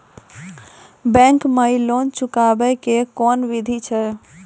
Bank माई loan चुकाबे के कोन बिधि छै?